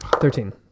Thirteen